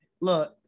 look